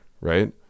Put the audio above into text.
right